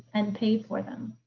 and paid for them.